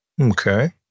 Okay